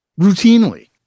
routinely